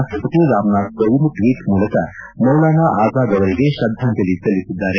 ರಾಷ್ಟಪತಿ ರಾಮನಾಥ್ ಕೋವಿಂದ್ ಟ್ಟೀಟ್ ಮೂಲಕ ಮೌಲನಾ ಆಜಾದ್ ಅವರಿಗೆ ಶ್ರದ್ದಾಂಜಲಿ ಸಲ್ಲಿಸಿದರು